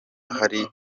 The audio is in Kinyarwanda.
hari